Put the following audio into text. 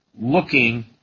looking